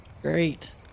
great